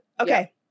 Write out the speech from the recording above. Okay